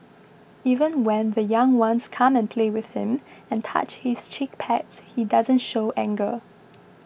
even when the young ones come and play with him and touch his cheek pads he doesn't show anger